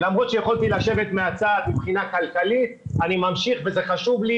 למרות שיכולתי לשבת מהצד מבחינה כלכלית אני ממשיך וזה חשוב לי